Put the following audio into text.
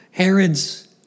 Herod's